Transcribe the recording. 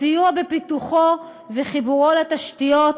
סיוע בפיתוחו וחיבורו לתשתיות,